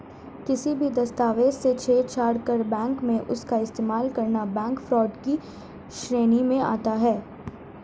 किसी भी दस्तावेज से छेड़छाड़ कर बैंक में उसका इस्तेमाल करना बैंक फ्रॉड की श्रेणी में आता है